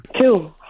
Two